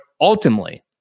ultimately